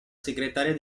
segretaria